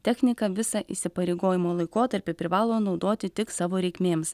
techniką visą įsipareigojimų laikotarpį privalo naudoti tik savo reikmėms